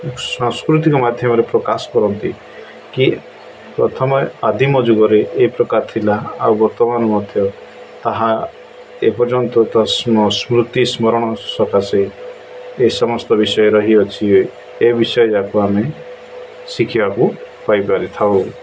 ସାସ୍କୃତିକ ମାଧ୍ୟମରେ ପ୍ରକାଶ କରନ୍ତି କି ପ୍ରଥମେ ଆଦିମ ଯୁଗରେ ଏ ପ୍ରକାର ଥିଲା ଆଉ ବର୍ତ୍ତମାନ ମଧ୍ୟ ତାହା ଏପର୍ଯ୍ୟନ୍ତ ସ୍ମୃତି ସ୍ମରଣ ସକାଶେ ଏ ସମସ୍ତ ବିଷୟ ରହିଅଛି ଏ ବିଷୟ ଯାକୁ ଆମେ ଶିଖିବାକୁ ପାଇପାରିଥାଉ